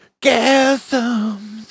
Gasms